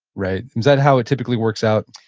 right? is that how it typically works out?